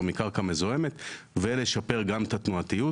מקרקע מזוהמת ולשפר גם את התנועתיות,